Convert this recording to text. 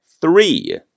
three